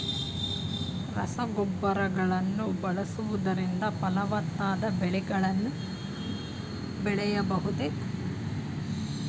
ರಸಗೊಬ್ಬರಗಳನ್ನು ಬಳಸುವುದರಿಂದ ಫಲವತ್ತಾದ ಬೆಳೆಗಳನ್ನು ಬೆಳೆಯಬಹುದೇ?